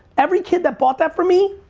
every kid that bought that from me,